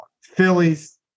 Phillies